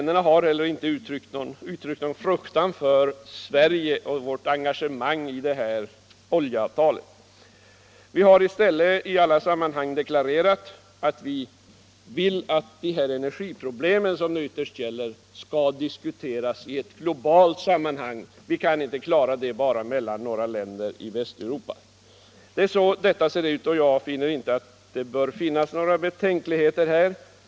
Dessa har inte heller uttryckt någon fruktan för Sveriges engagemang i detta oljeavtal. Vi har i stället framhållit att energiproblemen, som det ytterst gäller, skall diskuteras i ett globalt sammanhang. Några få länder i Västeuropa kan inte lösa problemen. Jag anser inte att det finns några betänkligheter mot ett svenskt medlemskap i IEP.